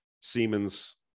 Siemens